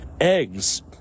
eggs